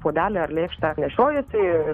puodelį ar lėkštę nešiojiesi ir